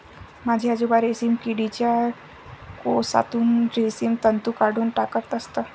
माझे आजोबा रेशीम किडीच्या कोशातून रेशीम तंतू काढून टाकत असत